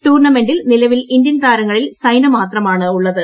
ടൂർണമെന്റിൽ നിലവിൽ ഇന്ത്യൻ താരങ്ങളിൽ സൈന മാത്രമാണുള്ളത്